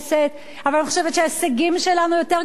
אבל אני חושבת שההישגים שלנו יותר גדולים מכל